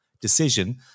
Decision